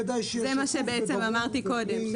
זה מה שאמרתי קודם.